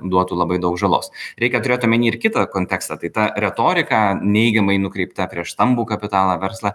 duotų labai daug žalos reikia turėt omeny ir kitą kontekstą tai ta retorika neigiamai nukreipta prieš stambų kapitalą verslą